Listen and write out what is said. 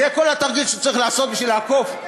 זה כל התרגיל שצריך לעשות בשביל לעקוף.